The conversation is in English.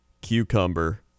cucumber